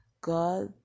God